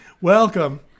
Welcome